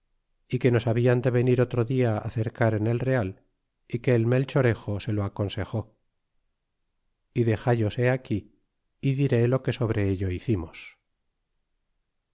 y que nos hablan de venir otro dia cercar en el real y que el melchorejo se lo aconsejó y dexallos he aquí y diré lo que sobre ello hicimos